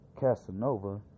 Casanova